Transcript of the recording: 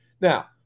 Now